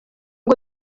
ngo